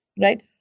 Right